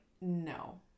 no